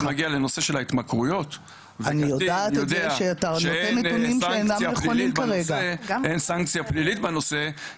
ברגע שנגיע לנושא של התמכרויות וקטין יודע שאין סנקציה פלילית בנושא,